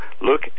look